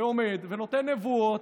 הוא עומד ונותן נבואות.